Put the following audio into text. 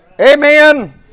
Amen